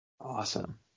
Awesome